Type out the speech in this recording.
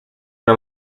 una